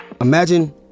Imagine